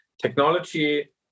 Technology